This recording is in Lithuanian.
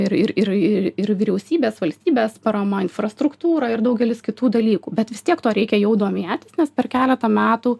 ir ir ir vyriausybės valstybės parama infrastruktūra ir daugelis kitų dalykų bet vis tiek tuo reikia jau domėtis nes per keletą metų